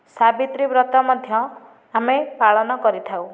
ସାବିତ୍ରୀ ବ୍ରତ ମଧ୍ୟ ଆମେ ପାଳନ କରିଥାଉ